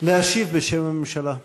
להשיב בשם הממשלה.